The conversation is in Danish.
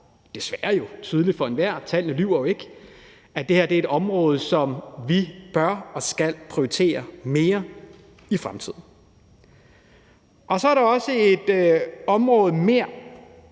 desværre tydeligt for enhver, tallene lyver ikke – er et område, som vi bør og skal prioritere mere i fremtiden. Så er der også et område mere,